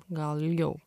gal ilgiau